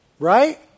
Right